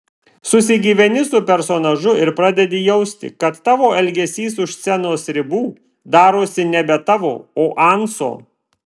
susigyveni su personažu ir pradedi jausti kad tavo elgesys už scenos ribų darosi nebe tavo o anso